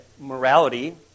morality